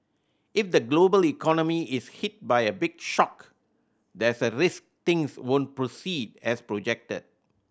if the global economy is hit by a big shock there's a risk things won't proceed as projected